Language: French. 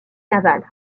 navale